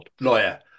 lawyer